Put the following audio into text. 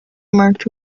marked